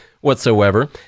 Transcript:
whatsoever